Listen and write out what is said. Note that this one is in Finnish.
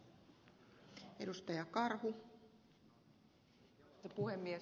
arvoisa puhemies